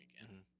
again